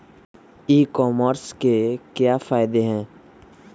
ई commerce के क्या फायदे हैं?